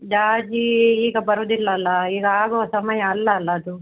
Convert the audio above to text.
ಜಾಜಿ ಈಗ ಬರೋದಿಲ್ಲ ಅಲ್ವ ಈಗ ಆಗೋ ಸಮಯ ಅಲ್ವಲ್ಲ ಅದು